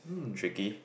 tricky